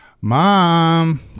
Mom